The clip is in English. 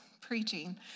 preaching